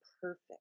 perfect